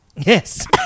Yes